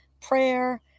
prayer